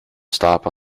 stop